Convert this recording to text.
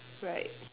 right